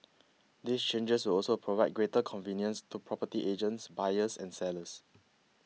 these changes will also provide greater convenience to property agents buyers and sellers